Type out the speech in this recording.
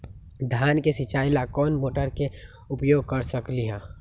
धान के सिचाई ला कोंन मोटर के उपयोग कर सकली ह?